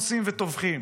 אונסים וטובחים,